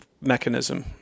mechanism